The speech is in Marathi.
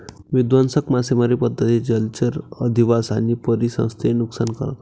विध्वंसक मासेमारी पद्धती जलचर अधिवास आणि परिसंस्थेचे नुकसान करतात